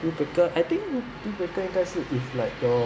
deal breaker I think deal breaker 应该是 if like the